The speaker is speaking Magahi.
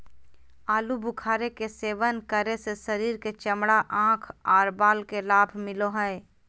आलू बुखारे के सेवन करे से शरीर के चमड़ा, आंख आर बाल के लाभ मिलो हय